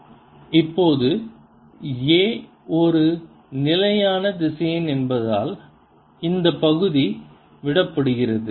A AmBrr3 1r இப்போது A ஒரு நிலையான திசையன் என்பதால் இந்த பகுதி விடப்படுகிறது